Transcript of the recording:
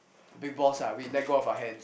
big balls lah we let go of our hands